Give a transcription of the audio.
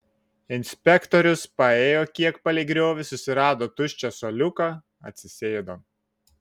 inspektorius paėjo kiek palei griovį susirado tuščią suoliuką atsisėdo